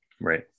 right